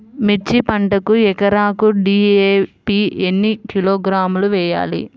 మిర్చి పంటకు ఎకరాకు డీ.ఏ.పీ ఎన్ని కిలోగ్రాములు వేయాలి?